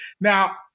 Now